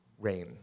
Rain